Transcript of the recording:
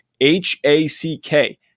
H-A-C-K